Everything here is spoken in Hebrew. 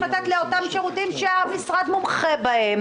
להינתן לאותם שירותים שהמשרד מומחה בהם.